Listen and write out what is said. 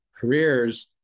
careers